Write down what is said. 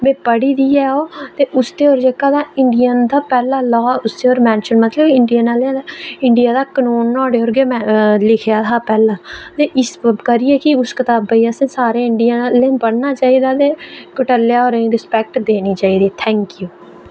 में पढ़ी दी ऐ ओह् ते उसदे पर जेह्का तां इंडियन दा पैह्ला लाह् उसदे पर मैंशन मतलब इंडियन आह्लें दा इंडिया दा कनून नुआढ़े पर गै लिखे दा हा पैह्ला ते इस करियै कि उस कताबा गी अस सारे इंडिया आह्लें पढ़ना चाहिदा ते कोटल्या होरें रस्पैक्ट देनी चाहिदी थैंकयू